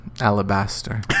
Alabaster